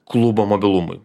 klubo mobilumui